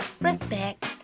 respect